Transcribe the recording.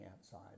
outside